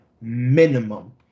minimum